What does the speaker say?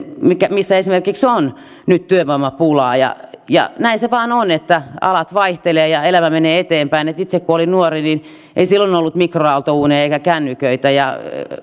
missä esimerkiksi on nyt työvoimapulaa näin se vain on että alat vaihtelevat ja elämä menee eteenpäin kun itse olin nuori niin ei silloin ollut mikroaaltouuneja eikä kännyköitä ja